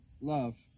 love